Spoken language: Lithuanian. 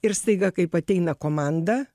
ir staiga kaip ateina komanda